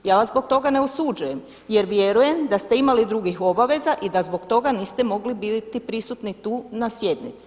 Ja vas zbog toga ne osuđujem jer vjerujem da ste imali drugih obaveza i da zbog toga niste mogli biti prisutni tu na sjednici.